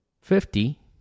fifty